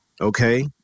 okay